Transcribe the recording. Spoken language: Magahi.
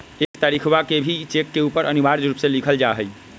एक तारीखवा के भी चेक के ऊपर अनिवार्य रूप से लिखल जाहई